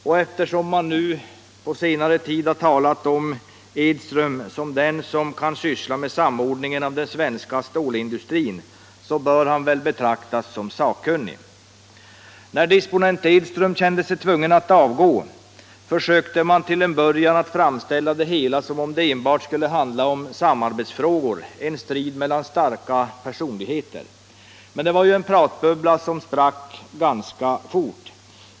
Och eftersom man på senare tid har talat om Edström som den som kan syssla med samordningen av den svenska stålindustrin bör han väl betraktas som sakkunnig. När disponent Edström kände sig tvungen att avgå försökte man till en början framställa det hela som om det enbart skulle handla om samarbetsfrågor, en strid mellan starka personligheter. Men det var en pratbubbla som sprack ganska snart.